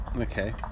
okay